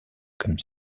comme